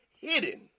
hidden